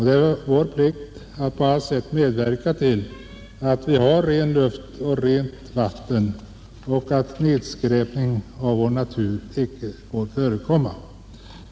Det är vår plikt att på allt sätt medverka till att vi har ren luft och rent vatten och att nedskräpning av vår natur icke får förekomma.